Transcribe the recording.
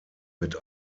mit